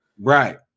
Right